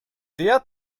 der